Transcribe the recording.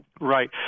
Right